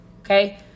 okay